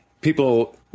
people